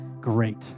great